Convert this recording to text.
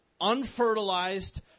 unfertilized